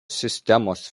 sistemos